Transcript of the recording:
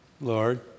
Lord